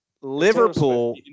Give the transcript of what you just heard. Liverpool